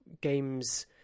games